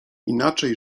inaczej